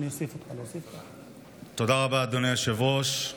תודה רבה, אדוני היושב-ראש.